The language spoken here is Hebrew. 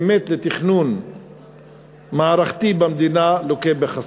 באמת, לתכנון מערכתי במדינה, לוקה בחסר.